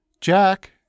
Jack